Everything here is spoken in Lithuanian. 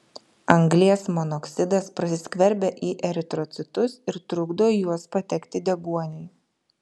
anglies monoksidas prasiskverbia į eritrocitus ir trukdo į juos patekti deguoniui